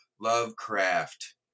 Lovecraft